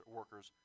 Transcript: workers